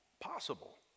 possible